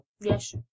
Yes